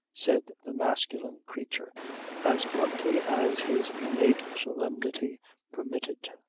said the masculine creature as bluntly as his innate solemnity permitted.